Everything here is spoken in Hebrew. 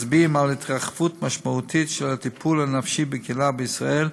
מצביעים על התרחבות משמעותית של הטיפול הנפשי בקהילה בישראל,